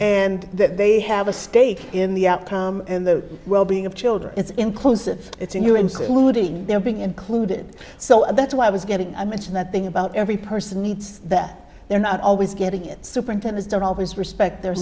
and that they have a stake in the outcome and the wellbeing of children it's inclusive it's a new including they're being included so that's why i was getting a mention that thing about every person needs that they're not always getting it superintendence don't always respect their